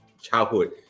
childhood